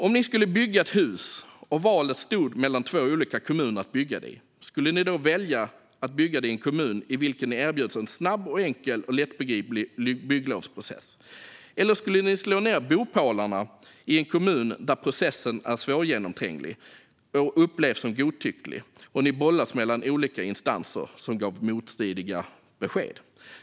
Om ni skulle bygga ett hus och valet stod mellan två olika kommuner att bygga det i - skulle ni då välja att bygga det i en kommun i vilken ni erbjöds en snabb, enkel och lättbegriplig bygglovsprocess, eller skulle ni slå ned bopålarna i en kommun där processen var svårgenomtränglig och upplevdes som godtycklig och där ni bollades mellan olika instanser som gav motstridiga besked?